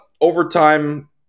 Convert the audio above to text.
overtime